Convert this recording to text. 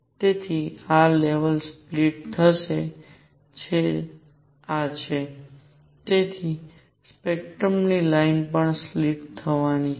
તેથી આ level split થશે છે અને તેથી સ્પેક્ટ્રમ ની લાઇન પણ સ્પ્લીટ થવા ની છે